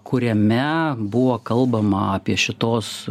kuriame buvo kalbama apie šitos